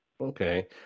Okay